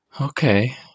Okay